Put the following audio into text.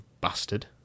bastard